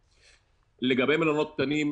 לגבי מלונות קטנים,